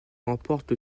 remporte